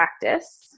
practice